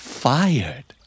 fired